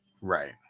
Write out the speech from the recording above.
Right